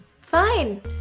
Fine